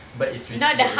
but it's riskier